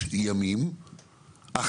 ימים תהיה